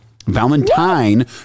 Valentine